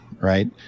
right